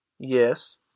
Yes